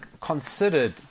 considered